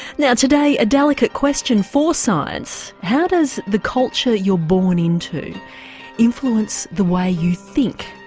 now today a delicate question for science how does the culture you're born into influence the way you think?